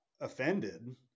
offended